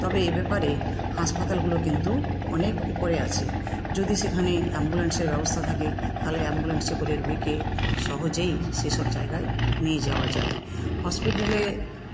তবে এ ব্যাপারে হাসপাতালগুলো কিন্তু অনেক ওপরে আছে যদি সেখানে অ্যাম্বুলেন্সের ব্যবস্থা থাকে তাহলে অ্যাম্বুলেন্সে করে রুগীকে সহজেই সেসব জায়গায় নিয়ে যাওয়া যায় হসপিটালে